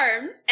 arms